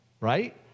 right